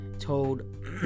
told